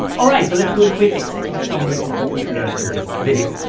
all right. so let's do a quick executive summary of what we've learned in this video.